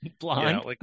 blonde